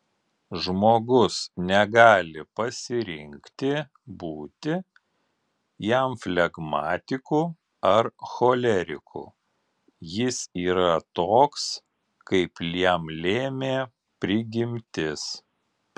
žmogus negali pasirinkti būti jam flegmatiku ar choleriku jis yra toks kaip jam lėmė prigimtis